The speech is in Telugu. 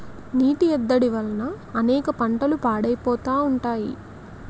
నీటి ఎద్దడి వల్ల అనేక పంటలు పాడైపోతా ఉంటాయి